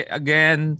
again